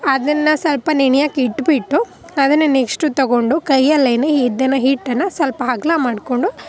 ಅದನ್ನು ಸ್ವಲ್ಪ ನೆನೆಯೋಕೆ ಇಟ್ಬಿಟ್ಟು ಅದನ್ನು ನೆಕ್ಸ್ಟು ತಗೊಂಡು ಕೈಯ್ಯಲ್ಲೇನೆ ಇದನ್ನು ಹಿಟ್ಟನ್ನು ಸ್ವಲ್ಪ ಅಗಲ ಮಾಡಿಕೊಂಡು